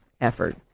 effort